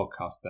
podcaster